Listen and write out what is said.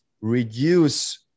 reduce